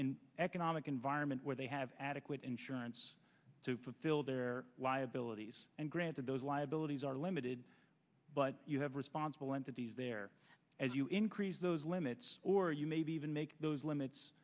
in economic environment where they have adequate insurance to put fill their liabilities and granted those liabilities are limited but you have responsible entities there as you increase those limits or you maybe even make those limits